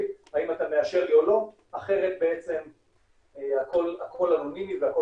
האם אתה מאשר לי או לא' אחרת בעצם הכל אנונימי והכל